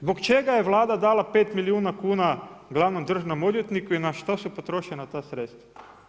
Zbog čega je Vlada dala 5 milijuna kuna glavnom državnom odvjetniku i na šta su potrošena ta sredstva?